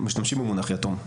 הם משתמשים במונח "יתום".